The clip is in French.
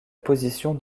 position